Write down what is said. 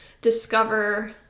discover